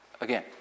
Again